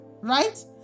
right